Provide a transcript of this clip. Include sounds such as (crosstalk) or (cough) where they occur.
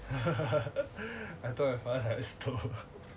(laughs) I thought I have stole